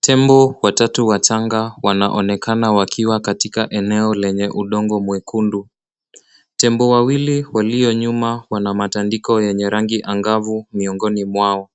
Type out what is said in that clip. Tembo watatu wachanga wanaonekana wakiwa katika eneo lenye udongo mwekundu. Tembo wawili walio nyuma wana matandiko yenye rangi angavu miongoni mwao.